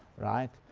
right?